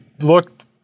looked